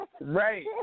right